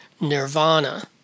nirvana